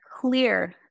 Clear